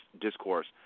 discourse